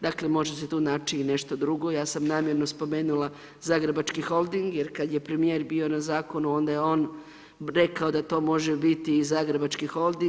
Dakle, može se tu naći i nešto drugo, ja sam namjerno spomenula zagrebački Holding jer kad je premijer bio na Zakonu, onda je on rekao da to može biti i zagrebački Holding.